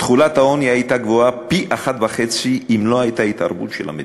תחולת העוני הייתה פי-1.5 אם לא הייתה התערבות של המדינה.